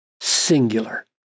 singular